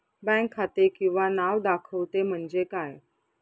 Bank खाते किंवा नाव दाखवते म्हणजे काय?